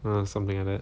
something like that